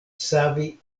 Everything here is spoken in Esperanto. savi